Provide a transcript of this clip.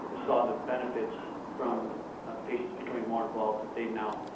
ah saw the benefits from patients becoming more involved, that they now